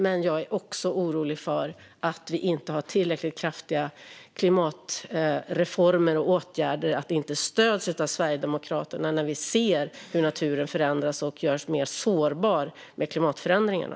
Men jag är också orolig över att vi inte har tillräckligt kraftiga klimatreformer och åtgärder och att Sverigedemokraterna inte stöder det, när vi ser hur naturen förändras och blir mer sårbar på grund av klimatförändringarna.